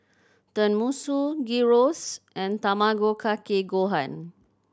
Tenmusu Gyros and Tamago Kake Gohan